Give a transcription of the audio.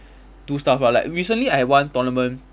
do stuff ah like recently I have one tournament